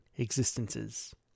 existences